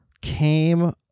came